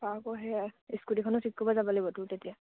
আকৌ সেই স্কুটিখনো ঠিক কৰিবলৈ যাব লাগিব তোৰ তেতিয়া